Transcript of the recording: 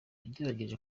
nagerageje